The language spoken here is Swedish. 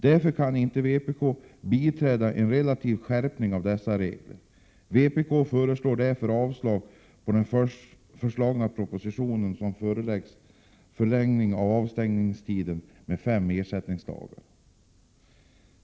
Därför kan inte vpk biträda förslaget om en relativ skärpning av dessa regler. Vpk yrkar därför avslag på de förslag i propositionen som förlänger avstängningstiderna med fem ersättningsdagar.